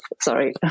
sorry